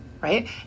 right